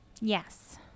yes